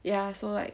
ya so like